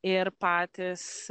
ir patys